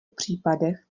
případech